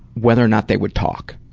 whether or not they would talk.